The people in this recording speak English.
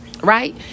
right